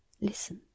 listen